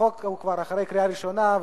החוק הוא כבר אחרי קריאה ראשונה,